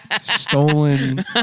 stolen